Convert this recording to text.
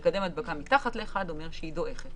הרצון היה לאפשר איזושהי גמישות לבעלי עסקים.